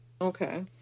Okay